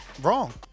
wrong